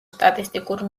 სტატისტიკურ